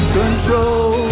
control